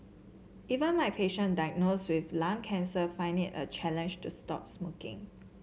even my patient diagnosed with lung cancer find it a challenge to stop smoking